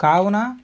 కావున